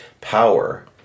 power